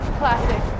classic